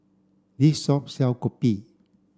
this shop sell Kopi